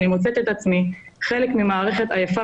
אני מוצאת את עצמי חלק ממערכת עייפה